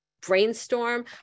brainstorm